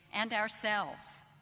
and ourselves.